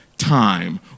Time